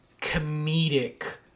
comedic